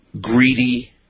greedy